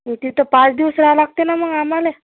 तिथं पाच दिवस राहावं लागतं ना मग आम्हाले